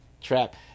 trap